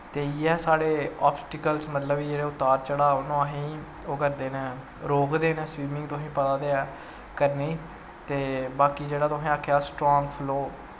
ते इयै साढ़े आफ्सटिकल मतलव उतार चढ़ाव न ओह् असें ओह् करदे न रोकदे न सविमिंग तुसें पता ते है करनें ते बाकी जेह्का तुसें आक्खेआ स्ट्रांग फ्लो